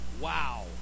Wow